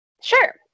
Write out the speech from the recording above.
Sure